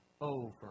over